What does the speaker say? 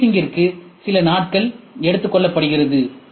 ஃபினிஷிங்ற்கு சில நாட்கள் எடுத்துக் கொள்ளப்படுகிறது